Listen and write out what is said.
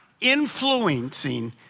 influencing